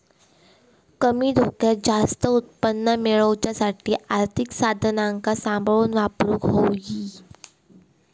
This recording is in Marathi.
कमी धोक्यात जास्त उत्पन्न मेळवच्यासाठी आर्थिक साधनांका सांभाळून वापरूक होई